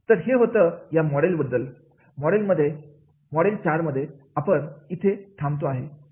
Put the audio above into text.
तर हे होतं या मॉडेलमध्ये मॉडेल चार मध्ये आणि इथे आपण थांबतो आहे